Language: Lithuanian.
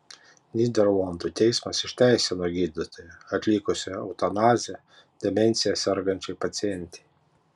nyderlandų teismas išteisino gydytoją atlikusį eutanaziją demencija sergančiai pacientei